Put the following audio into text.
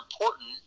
important